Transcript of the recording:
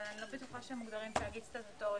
אבל אני לא בטוחה שהם מוגדרים תאגיד סטטוטורי.